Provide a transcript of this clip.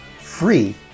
free